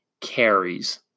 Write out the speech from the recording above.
carries